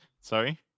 Sorry